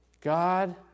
God